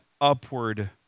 upward